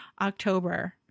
October